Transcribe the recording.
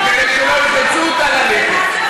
למה, כדי שלא ילחצו אותה ללכת.